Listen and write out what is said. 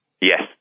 Yes